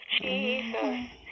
Jesus